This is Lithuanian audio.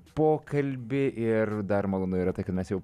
pokalbį ir dar malonu yra tai ką mes jau